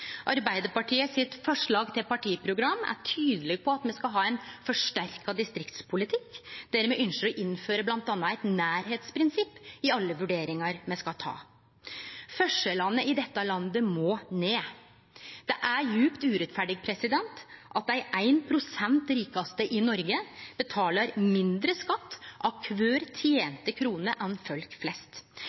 Arbeidarpartiet sitt forslag til partiprogram er tydeleg på at me skal ha ein forsterka distriktspolitikk, der me ynskjer å innføre bl.a. eit nærleiksprinsipp i alle vurderingar me skal ta. Forskjellane i dette landet må ned. Det er djupt urettferdig at dei ein prosent rikaste i Noreg betaler mindre skatt av kvar tente krone enn folk flest.